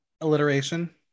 alliteration